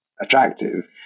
attractive